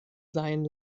sein